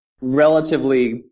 relatively